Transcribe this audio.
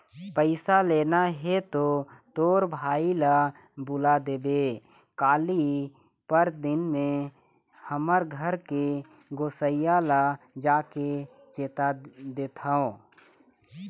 पइसा लेना हे तो तोर भाई ल बुला देबे काली, परनदिन में हा हमर घर के गोसइया ल जाके चेता देथव